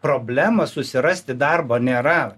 problemos susirasti darbo nėra